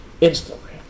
instantly